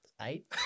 eight